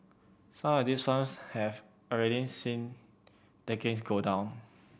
some of these firms have already seen takings go down